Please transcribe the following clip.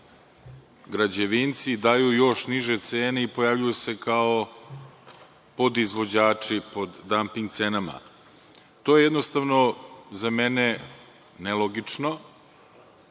građevinci daju još niže cene i pojavljuju se kao podizvođači po damping cenama. To je jednostavno za mene nelogično